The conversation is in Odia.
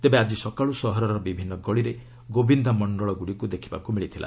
ତେବେ ଆଜି ସକାଳୁ ସହରର ବିଭିନ୍ନ ଗଳିରେ ଗୋବିନ୍ଦା ମଣ୍ଡଳଗୁଡ଼ିକୁ ଦେଖିବାକୁ ମିଳିଥିଲା